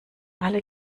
alle